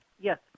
Yes